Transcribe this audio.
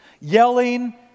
yelling